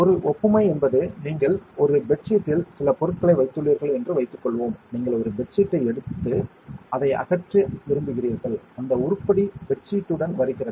ஒரு ஒப்புமை என்பது நீங்கள் ஒரு பெட் ஷீட்டில் சில பொருட்களை வைத்துள்ளீர்கள் என்று வைத்துக்கொள்வோம் நீங்கள் ஒரு பெட் ஷீட்டை எழுத்து அதை அகற்ற விரும்புகிறீர்கள் அந்த உருப்படி பெட் சீட்டுடன் வருகிறது